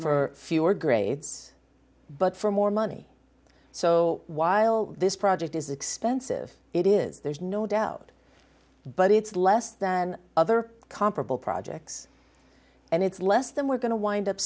for fewer grades but for more money so while this project is expensive it is there's no doubt but it's less than other comparable projects and it's less than we're going to wind up